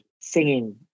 singing